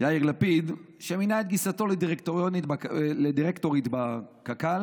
יאיר לפיד, שמינה את גיסתו לדירקטורית בקק"ל.